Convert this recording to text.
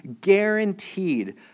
guaranteed